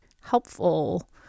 helpful